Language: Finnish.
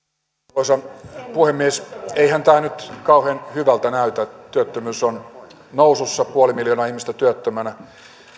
arvoisa puhemies eihän tämä nyt kauhean hyvältä näytä työttömyys on nousussa puoli miljoonaa ihmistä työttömänä